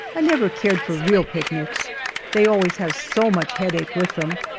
i never cared for real picnics they always have so much headache with them.